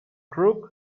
crook